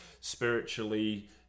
spiritually